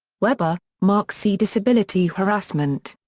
weber, mark c. disability harassment.